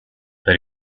per